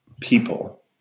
people